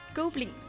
Goblin